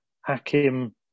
Hakim